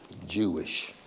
jewish,